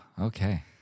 Okay